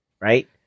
right